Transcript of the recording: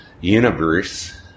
universe